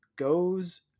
goes